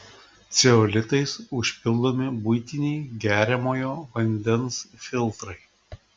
ceolitais užpildomi buitiniai geriamojo vandens filtrai